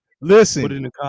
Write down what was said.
Listen